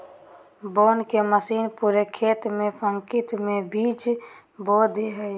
बोने के मशीन पूरे खेत में पंक्ति में बीज बो दे हइ